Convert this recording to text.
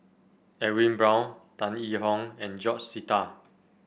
Edwin Brown Tan Yee Hong and George Sita